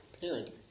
parent